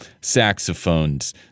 saxophones